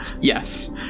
Yes